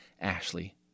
Ashley